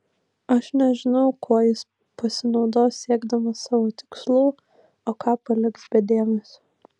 aš nežinau kuo jis pasinaudos siekdamas savo tikslų o ką paliks be dėmesio